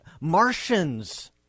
Martians